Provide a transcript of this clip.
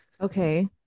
Okay